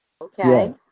Okay